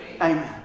Amen